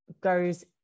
goes